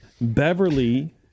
Beverly